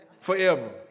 forever